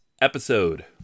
episode